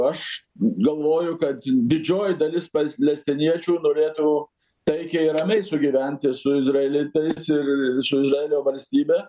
aš galvoju kad didžioji dalis palestiniečių norėtų taikiai ir ramiai sugyventi su izraelitais ir ir su izraelio valstybe